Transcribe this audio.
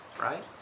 right